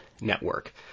Network